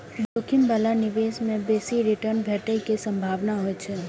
जोखिम बला निवेश मे बेसी रिटर्न भेटै के संभावना होइ छै